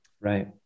Right